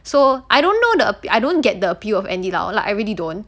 so I don't know the I don't get the appeal of andy lau like I really don't